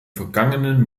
vergangenen